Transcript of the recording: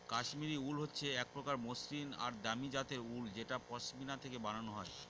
Kashmiri wool হচ্ছে এক প্রকার মসৃন আর দামি জাতের উল যেটা পশমিনা থেকে বানানো হয়